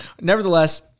nevertheless